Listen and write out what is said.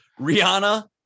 Rihanna